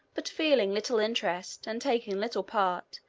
but feeling little interest, and taking little part,